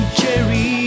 cherry